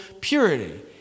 purity